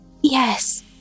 Yes